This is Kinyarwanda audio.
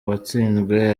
uwatsinzwe